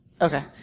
Okay